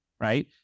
right